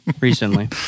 recently